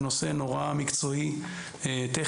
זה נושא נורא מקצועי טכני.